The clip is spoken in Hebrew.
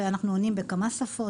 ואנחנו עונים בכמה שפות,